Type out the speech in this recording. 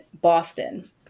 Boston